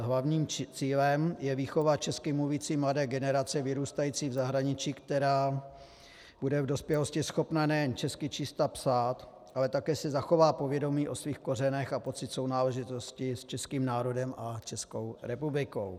Hlavním cílem je výchova česky mluvící mladé generace vyrůstající v zahraničí, která bude v dospělosti schopná nejen česky číst a psát, ale také si zachová povědomí o svých kořenech a pocit sounáležitosti s českým národem a s Českou republikou.